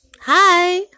hi